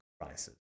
prices